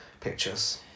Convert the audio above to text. pictures